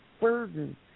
burden